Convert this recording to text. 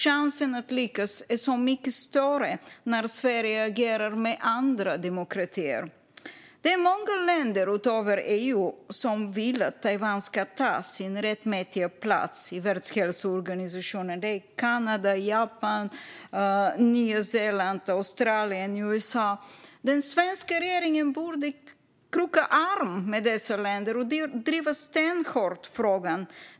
Chansen att lyckas är mycket större när Sverige agerar tillsammans med andra demokratier. Det är många länder utöver EU-länderna som vill att Taiwan ska ta sin rättmätiga plats i Världshälsoorganisationen - det är Kanada, Japan, Nya Zeeland, Australien och USA. Den svenska regeringen borde kroka arm med dessa länder och driva frågan stenhårt.